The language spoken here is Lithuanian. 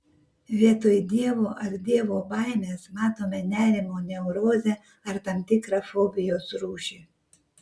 vietoj dievo ar dievo baimės matome nerimo neurozę ar tam tikrą fobijos rūšį